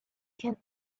can